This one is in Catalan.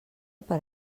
per